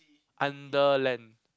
under land